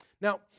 Now